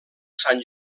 sant